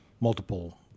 multiple